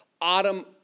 autumn